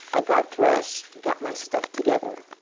i got dressed, got my stuff together.